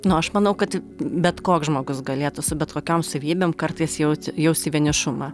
nu aš manau kad bet koks žmogus galėtų su bet kokiom savybėm kartais jausti jausti vienišumą